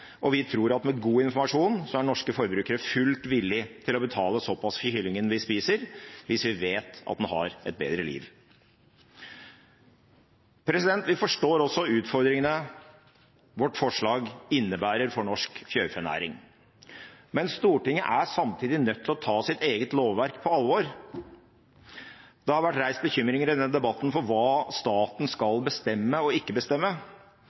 Vi tror at med god informasjon er norske forbrukere fullt villige til å betale så pass for kyllingen de spiser, hvis de vet at den har et bedre liv. Vi forstår også utfordringene våre forslag innebærer for norsk fjørfenæring, men Stortinget er samtidig nødt til å ta sitt eget lovverk på alvor. Det har vært reist bekymringer i denne debatten for hva staten skal bestemme og ikke bestemme.